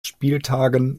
spieltagen